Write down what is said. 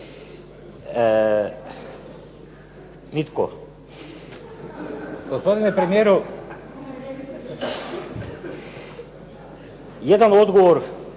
Nitko. Gospodine premijeru, jedan odgovor